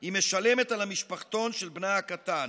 היא משלמת על המשפחתון של בנה הקטן,